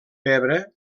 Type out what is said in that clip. pebre